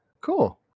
cool